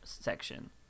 section